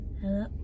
hello